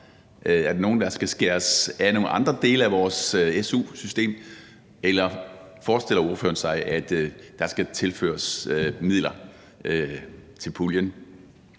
er det nogen, der skal skæres af nogle andre dele af vores su-system, eller forestiller ordføreren sig, at der skal tilføres midler til puljen?